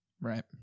Right